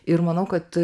ir manau kad